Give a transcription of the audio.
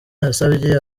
yasabye